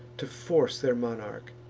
to force their monarch,